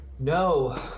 No